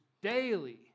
daily